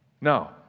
No